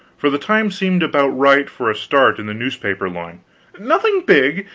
for the time seemed about right for a start in the newspaper line nothing big,